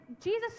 Jesus